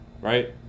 right